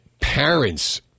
parents